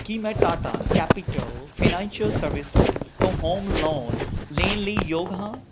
ਕੀ ਮੈਂ Tata Capital Financial Services ਤੋਂ home loan ਲੈਣ ਲਈ ਯੋਗ ਹਾਂ